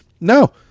no